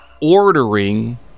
ordering